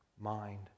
mind